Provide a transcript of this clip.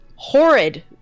Horrid